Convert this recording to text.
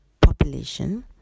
population